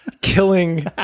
killing